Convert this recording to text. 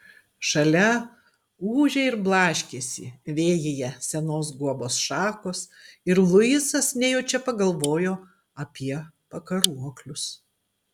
šalia ūžė ir blaškėsi vėjyje senos guobos šakos ir luisas nejučia pagalvojo apie pakaruoklius